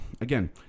again